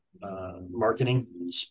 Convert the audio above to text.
marketing